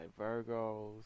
Virgos